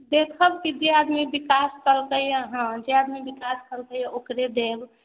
देखब की जे आदमी विकास केलकै हऽ ओकरे देब